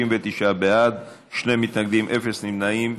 69 בעד, שניים נגד, אין נמנעים.